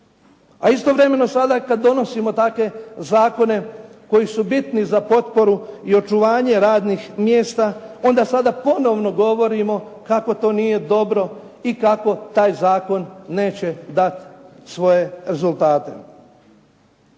A istovremeno sada kada donosimo takve zakone koji su bitni za potporu i očuvanje radnih mjesta onda sada ponovno govorimo kako to nije dobro i kako taj zakon neće dati svoje rezultate.